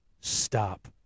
stop